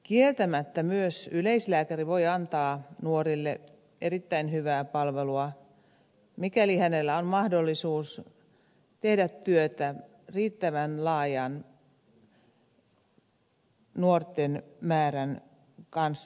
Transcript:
kieltämättä myös yleislääkäri voi antaa nuorille erittäin hyvää palvelua mikäli hänellä on mahdollisuus tehdä työtä riittävän laajan nuorten määrän kanssa